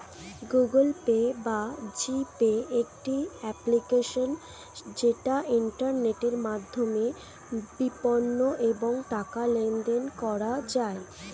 Google Pay বা G Pay একটি application যেটা ইন্টারনেটের মাধ্যমে বিপণন এবং টাকা লেনদেন করা যায়